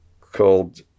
called